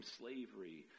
slavery